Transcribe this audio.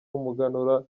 w’umuganura